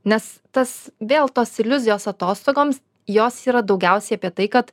nes tas vėl tos iliuzijos atostogoms jos yra daugiausiai apie tai kad